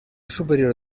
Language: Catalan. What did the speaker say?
superior